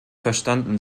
verstanden